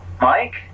Mike